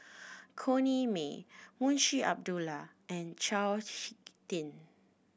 Corrinne May Munshi Abdullah and Chao Hick Tin